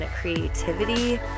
creativity